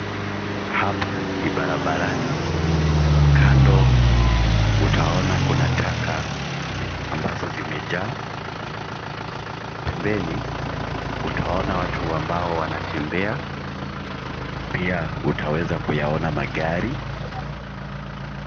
Hapa ni barabarani kando utaona kuna taka ambazo zimejaa. Pembeni, utaona watu ambao wanatembea. Pia, utaweza kuyaona magari.